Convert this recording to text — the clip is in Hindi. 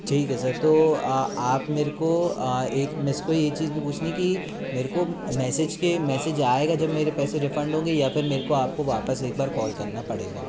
ठीक है सर तो आप मेरे को एक मुझको ये चीज भी पूछनी कि मेरे को मैसेज के मैसेज आएगा जब मेरे पैसे रिफंड होंगे या फिर मेरे को आपको वापस एक बार कॉल करना पड़ेगा